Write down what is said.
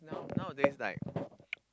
now nowadays like